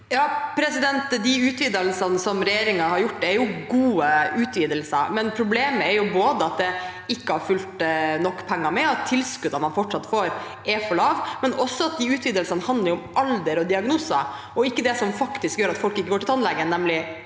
(R) De utvi- delsene regjeringen har gjort, er gode utvidelser, men problemet er både at det ikke har fulgt med nok penger, at tilskuddene man får, fortsatt er for lave, og også at utvidelsene handler om alder og diagnoser, ikke det som faktisk gjør at folk ikke går til tannlegen, nemlig